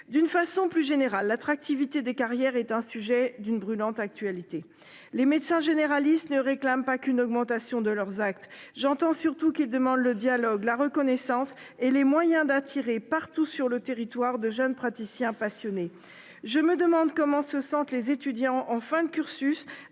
d'une façon plus générale l'attractivité des carrières est un sujet d'une brûlante actualité. Les médecins généralistes ne réclame pas qu'une augmentation de leurs actes. J'entends surtout qu'ils demande le dialogue la reconnaissance et les moyens d'attirer partout sur le territoire de jeunes praticiens passionné. Je me demande comment se sentent les étudiants en fin de cursus